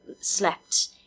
slept